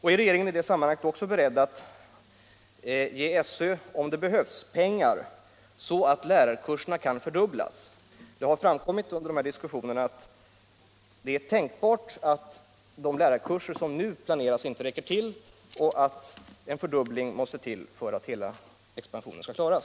Är regeringen i det sammanhanget också beredd att ge SÖ, om det behövs, pengar så att lärarkurserna kan fördubblas? Det är tänkbart att de lärarkurser som nu planeras inte räcker till och att de måste fördubblas för att hela expansionen skall klaras.